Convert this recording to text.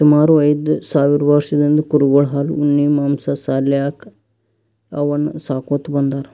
ಸುಮಾರ್ ಐದ್ ಸಾವಿರ್ ವರ್ಷದಿಂದ್ ಕುರಿಗೊಳ್ ಹಾಲ್ ಉಣ್ಣಿ ಮಾಂಸಾ ಸಾಲ್ಯಾಕ್ ಅವನ್ನ್ ಸಾಕೋತ್ ಬಂದಾರ್